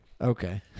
Okay